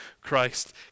Christ